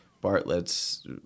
Bartlett's